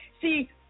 See